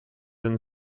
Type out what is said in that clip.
and